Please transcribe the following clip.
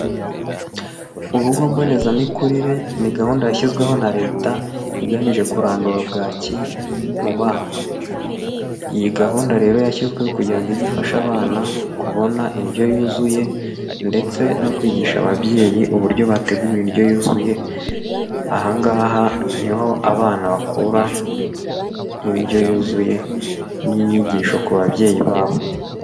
Urugo mbonezamikurire ni gahunda yashyizweho na leta igamije kurandura bwaki mu bana, iyi gahunda rero yashyizweho kugira ige ifasha abana kubona indyo yuzuye ndetse no kwigisha ababyeyi uburyo bategura indyo yuzuye, aha ngaha niho abana bakura indyo yuzuye n'inyigisho ku babyeyi babo.